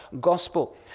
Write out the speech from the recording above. gospel